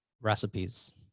recipes